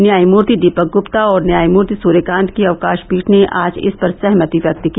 न्यायमूर्ति दीपक गुप्ता और न्यायमूर्ति सूर्यकांत की अवकाश पीठ ने आज इस पर सहमति व्यक्त की